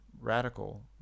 radical